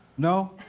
No